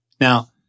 Now